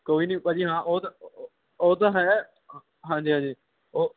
ਕੋਈ ਨਹੀਂ ਭਾਅ ਜੀ ਹਾਂ ਉਹ ਤਾਂ ਉਹ ਤਾਂ ਹੈ ਹਾਂ ਹਾਂਜੀ ਹਾਂਜੀ ਉਹ